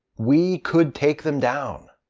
we could take them down.